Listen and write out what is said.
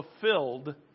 fulfilled